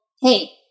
hey